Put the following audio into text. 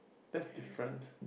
that's different